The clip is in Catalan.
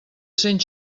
cent